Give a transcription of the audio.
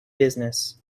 business